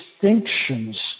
distinctions